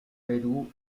perú